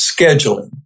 scheduling